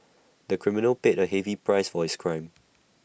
the criminal paid A heavy price for his crime